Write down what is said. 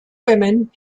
women